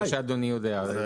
כפי שאדוני יודע.